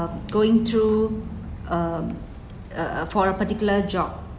uh going through um uh uh for a particular job